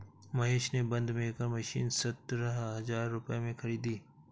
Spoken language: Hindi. महेश ने बंद मेकर मशीन सतरह हजार रुपए में खरीदी